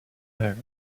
there